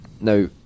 now